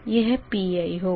यह Pi होगा